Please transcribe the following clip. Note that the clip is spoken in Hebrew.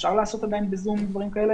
אפשר לעשות דברים כאלה ב-זום.